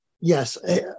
Yes